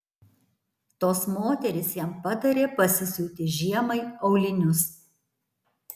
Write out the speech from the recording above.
tos moterys jam patarė pasisiūti žiemai aulinius